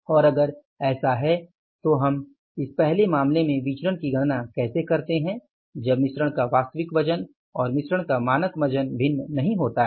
और अगर ऐसा है तो हम इस पहले मामले में विचरण की गणना कैसे करते हैं जब मिश्रण का वास्तविक वजन और मिश्रण का मानक वजन भिन्न नहीं होता है